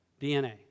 DNA